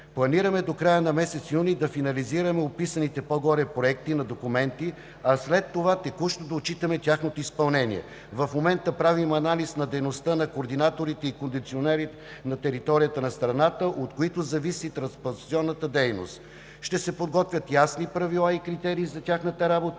Планираме до края на месец юни да финализираме описаните по-горе проекти на документи, а след това текущо да отчитаме тяхното изпълнение. В момента правим анализ на дейността на координаторите и кондиционерите на територията на страната, от които зависи трансплантационната дейност. Ще се подготвят ясни правила и критерии за тяхната работа